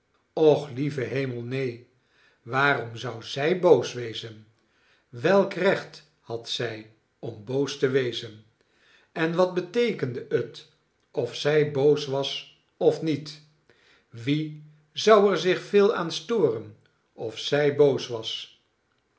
och lieve hemel neen waarom zou zij boos wezen welk recht had zij om boos te wezen en wat beteekende het of zij boos was of niet wie zou er zich veel aan storen of zij boos was